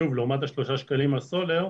שוב לעומת שלושה שקלים הסולר,